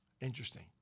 Interesting